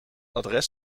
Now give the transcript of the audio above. adres